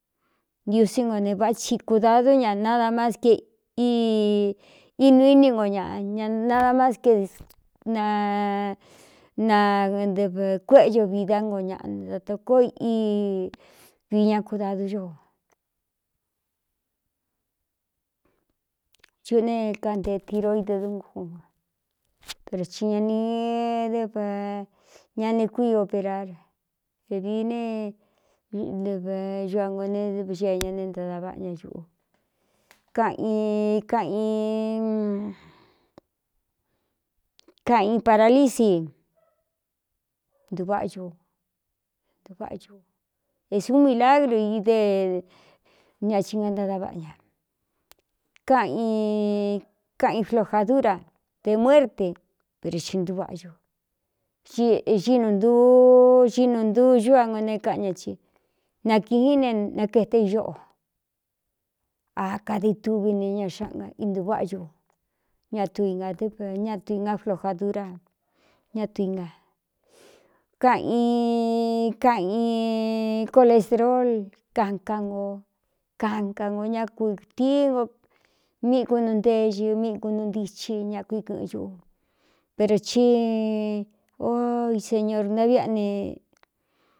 Ntiusí ngo ne váꞌ tsi kūdadú ña nada más ke inu íni ngo ñā nada más kenatɨvɨꞌ kuéꞌe ño vidá ngo ñaꞌ datā kóo í vii ña kudadu ñoo ñuꞌú ne kante tiro idɨ dungú ko o per i ña nī dɨv ña ne kui operar dedi ne ɨv ñu a ngō ne vxee ña ne ntáda vaꞌa ña ñuꞌu kaꞌ a kaꞌan i paralisi nvꞌntváꞌa ñuu é sūꞌún milagru idé é ñia ci nga ntádavaꞌa ña kaꞌ kaꞌa in flojadúra dē muérte pero ci ntuvaꞌa ñu inu ntuu ginu ntuu cúꞌ a ngo ne káꞌan ña ti nakīꞌín ne nakaeté iñôꞌo akadi túvi ne ña xáꞌnga intuváꞌa ñu ñatu ingādɨ́vɨ ñatu īnga flojadura ña tu na kaꞌaa i kaꞌin colesrol kan ka nko kānka ngō ña kuitíi no míꞌīkun nu nte ixɨ míꞌku nu ntichi ña kui kɨꞌɨn ñuꞌu pero chi o i señor ntavꞌa ne.